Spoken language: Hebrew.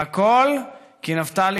והכול כי נפתלי